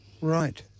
Right